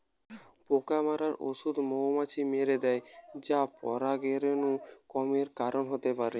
পোকা মারার ঔষধ মৌমাছি মেরে দ্যায় যা পরাগরেণু কমের কারণ হতে পারে